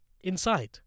inside